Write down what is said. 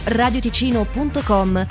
radioticino.com